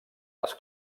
les